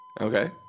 Okay